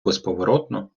безповоротно